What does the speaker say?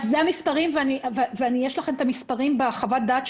אלה המספרים, נתנו לכם אותם בחוות הדעת,